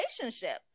relationship